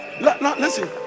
listen